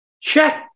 check